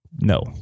No